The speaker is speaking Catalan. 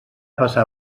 passar